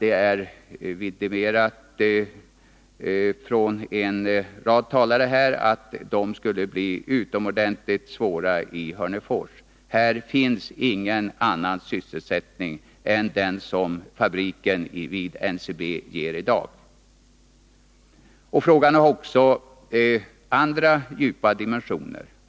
En rad talare har bekräftat att de samhällsekonomiska konsekvenserna skulle bli utomordentligt svåra i Hörnefors. Här finns det ingen annan sysselsättning än den vid NCB:s fabrik. Frågan har också andra djupa dimensioner.